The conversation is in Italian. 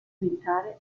militare